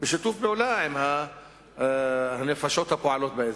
בשיתוף פעולה עם הנפשות הפועלות באזור.